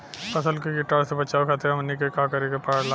फसल के कीटाणु से बचावे खातिर हमनी के का करे के पड़ेला?